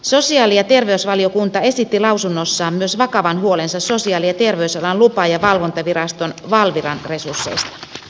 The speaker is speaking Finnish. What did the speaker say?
sosiaali ja terveysvaliokunta esitti lausunnossaan myös vakavan huolensa sosiaali ja terveysalan lupa ja valvontaviraston valviran resursseista